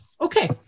Okay